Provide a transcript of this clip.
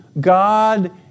God